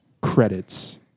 credits